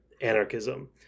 anarchism